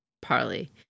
parley